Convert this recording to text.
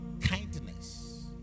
kindness